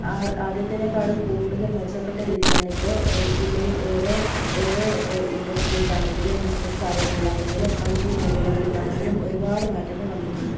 ആ ആദ്യത്തതിനേക്കാളും കൂടുതല് മെച്ചപ്പെട്ട രീതിയിലാണ് ഇപ്പോൾ ജില്ലയില് ഓരോ ഓരോ ഇന്ഡസ്ട്രീസാണെങ്കിലും ബിസിനസ് സ്ഥാപനങ്ങളാണെങ്കിലും ഐ ടി മേഖലകളിലാണെങ്കിലും ഒരുപാട് മാറ്റങ്ങള് വന്നിട്ടുണ്ട്